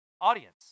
audience